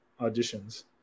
auditions